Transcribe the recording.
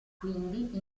quindi